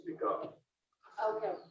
Okay